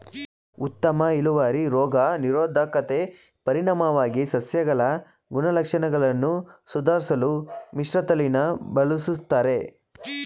ಉತ್ತಮ ಇಳುವರಿ ರೋಗ ನಿರೋಧಕತೆ ಪರಿಣಾಮವಾಗಿ ಸಸ್ಯಗಳ ಗುಣಲಕ್ಷಣಗಳನ್ನು ಸುಧಾರ್ಸಲು ಮಿಶ್ರತಳಿನ ಬಳುಸ್ತರೆ